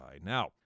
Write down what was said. now